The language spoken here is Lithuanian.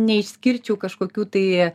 neišskirčiau kažkokių tai